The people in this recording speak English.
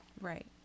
Right